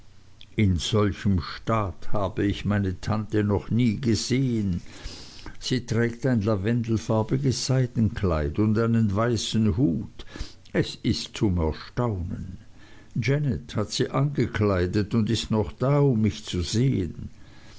in solchem staat habe ich meine tante noch nie gesehen sie trägt ein lavendelfarbiges seidenkleid und einen weißen hut es ist zum erstaunen janet hat sie angekleidet und ist noch da um mich zu sehen